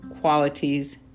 qualities